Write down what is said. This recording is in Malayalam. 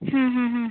ഹ്മ് ഹ്മ് ഹ്മ്